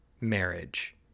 marriage